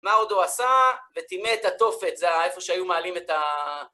מה עוד הוא עשה? וטימא את התופת, זה ה... איפה שהיו מעלים את ה...